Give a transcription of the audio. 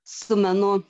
su menu